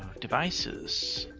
devices.